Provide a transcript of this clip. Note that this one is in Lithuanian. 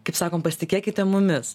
kaip sakom pasitikėkite mumis